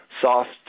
soft